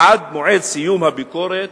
עד מועד סיום הביקורת